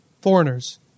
foreigners